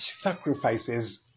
sacrifices